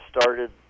Started